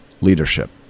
leadership